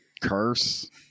curse